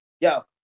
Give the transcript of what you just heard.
yo